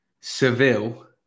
Seville